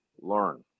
learn